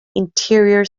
interior